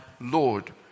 lord